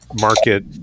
market